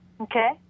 okay